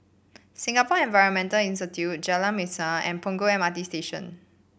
Singapore Environment Institute Jalan Masjid and Punggol M R T Station